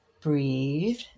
breathe